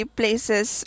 places